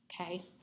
okay